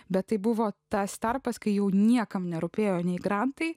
bet tai buvo tas tarpas kai jau niekam nerūpėjo nei grantai